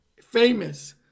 famous